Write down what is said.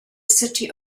city